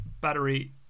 battery